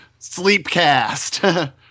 Sleepcast